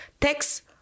text